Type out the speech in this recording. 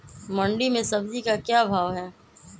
मंडी में सब्जी का क्या भाव हैँ?